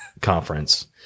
conference